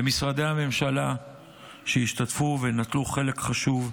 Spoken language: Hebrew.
למשרדי הממשלה שהשתתפו ונטלו חלק חשוב,